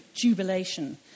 jubilation